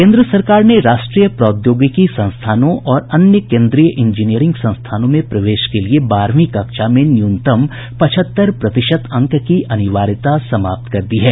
केन्द्र सरकार ने राष्ट्रीय प्रौद्योगिकी संस्थानों और अन्य केन्द्रीय इंजीनियरिंग संस्थानों में प्रवेश के लिए बारहवीं कक्षा में न्यूनतम पचहत्तर प्रतिशत अंक की अनिवार्यता समाप्त कर दी है